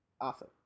awesome